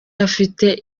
afite